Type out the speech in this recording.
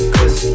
Cause